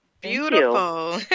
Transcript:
Beautiful